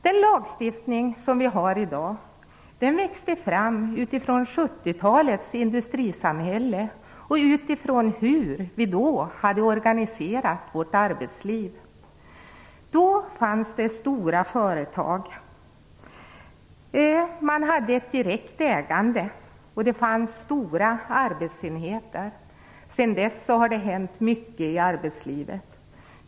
Den lagstiftning som vi har i dag växte fram utifrån 70-talets industrisamhälle och utifrån hur vi då hade organiserat vårt arbetsliv. Då fanns det stora företag. Man hade ett direkt ägande, och det fanns stora arbetsenheter. Sedan dess har det hänt mycket i arbetslivet.